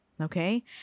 okay